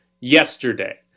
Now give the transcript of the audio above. yesterday